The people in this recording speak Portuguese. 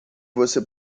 você